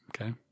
Okay